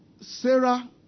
Sarah